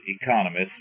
economists